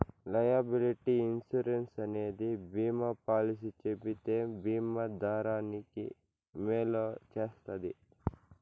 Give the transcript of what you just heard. liability insurance అనేది బీమా policy చెబితే బీమా దారానికి మేలు చేస్తది